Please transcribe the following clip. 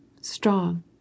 strong